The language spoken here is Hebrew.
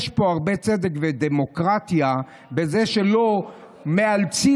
יש פה הרבה צדק ודמוקרטיה בזה שלא מאלצים